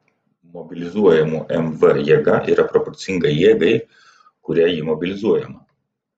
mobilizuojamų mv jėga yra proporcinga jėgai kuria ji mobilizuojama